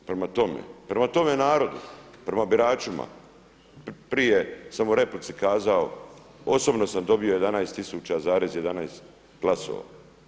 Prema tome, prema tome narodu, prema biračima prije sam u replici kazao osobno sam dobio 11 tisuća zarez 11 glasova.